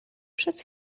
przez